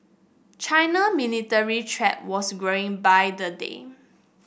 China military threat was growing by the day